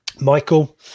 Michael